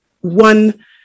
one